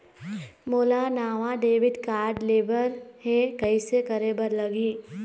मोला नावा debit card लेबर हे, कइसे करे बर लगही?